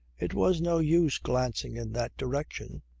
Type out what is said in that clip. it was no use glancing in that direction.